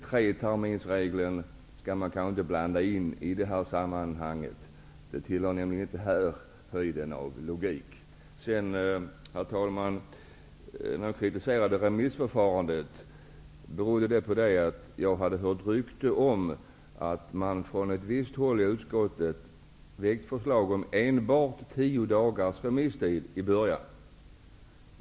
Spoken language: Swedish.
Treterminsregeln skall man kanske inte blanda in i detta sammanhang. Det tillhör inte höjden av logik. Herr talman! Jag kritiserade remissförfarandet därför att jag hade hört ett rykte om att man från ett visst håll i utskottet hade väckt förslag om att remisstiden skulle vara enbart tio dagar.